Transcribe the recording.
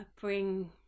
bring